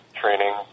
training